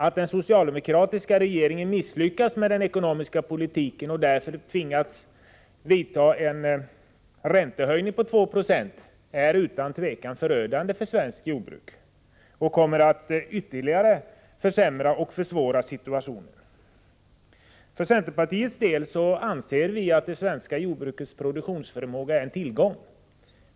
Att den socialdemokratiska regeringen misslyckats med den ekonomiska politiken och därför tvingats vidta en räntehöjning på 2 96 är utan tvekan förödande för svenskt jordbruk och kommer att ytterligare försvåra situationen. Från centerpartiets sida anser vi att det svenska jordbrukets produktionsförmåga är en tillgång.